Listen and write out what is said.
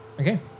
Okay